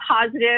positive